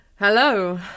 Hello